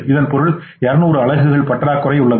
இதன் பொருள் 200 அலகுகள் பற்றாக்குறை உள்ளது